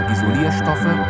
Isolierstoffe